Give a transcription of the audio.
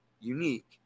unique